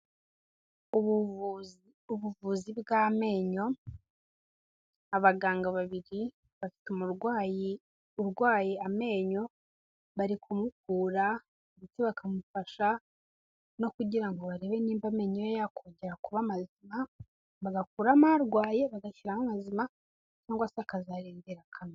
Ubuzi ubuvuzi bw'amenyo, abaganga babiri bafite umurwayi urwaye amenyo, bari kumukura ndetse bakamufasha no kugira ngo barebe niba amenyo ye yakongera kuba mazima bagakuramo arwaye bagashyiraho amazima cyangwa se akazarindira akamera.